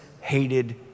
hated